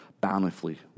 bountifully